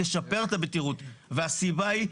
תשפר והסיבה היא,